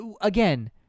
Again